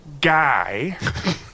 guy